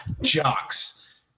jocks